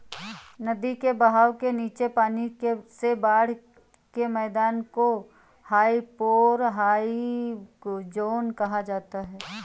नदी के बहाव के नीचे पानी से बाढ़ के मैदान को हाइपोरहाइक ज़ोन कहा जाता है